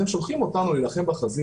אתם שולחים אותנו להילחם בחזית,